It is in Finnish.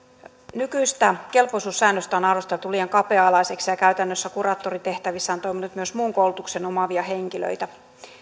nykyistä kelpoisuussäännöstä on arvosteltu liian kapea alaiseksi ja käytännössä kuraattorin tehtävissä on toiminut myös muun koulutuksen omaavia henkilöitä